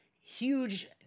huge